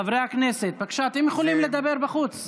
חברי הכנסת, בבקשה, אתם יכולים לדבר בחוץ.